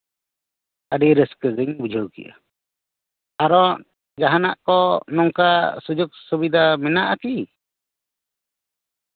ᱟᱹᱰᱤ ᱨᱟᱹᱥᱠᱟᱹᱜᱤᱧ ᱵᱩᱡᱷᱟᱹᱣ ᱠᱮᱫᱟ ᱟᱨᱦᱚᱸ ᱡᱟᱦᱟᱱᱟᱜ ᱠᱚ ᱱᱚᱝᱠᱟ ᱥᱩᱡᱳᱜ ᱥᱩᱵᱤᱫᱷᱟ ᱢᱮᱱᱟᱜᱼᱟᱠᱤ